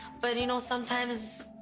but you know, sometimes,